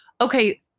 okay